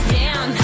down